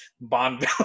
Bond